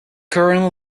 currently